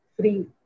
free